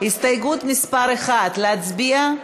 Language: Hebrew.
הסתייגות מס' 1, להצביע?